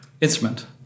instrument